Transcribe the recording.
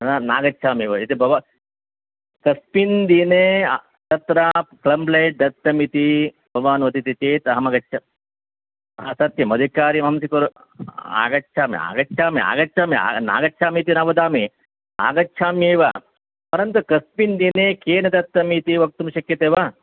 न् ना गच्छामि भो इति भव कस्मिन् दिने तत्र कम्प्लेण्ट् दत्तमिति भवान् वदति चेत् अहमगच्छ् ह सत्यम् अधिकारी आगच्छामि आगच्छामि आगच्छामि आ नागच्छामि इति न वदामि आगच्छामि एव परन्तु कस्मिन् दिने केन दत्तम् इति वक्तुं शक्यते वा